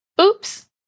Oops